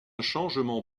changement